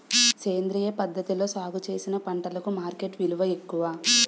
సేంద్రియ పద్ధతిలో సాగు చేసిన పంటలకు మార్కెట్ విలువ ఎక్కువ